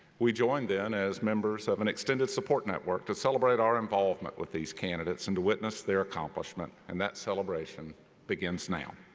we join them as members of an extended support network to celebrate our involvement with these candidates and to witness their accomplishment and that celebration begins now.